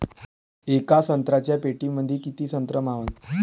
येका संत्र्याच्या पेटीमंदी किती संत्र मावन?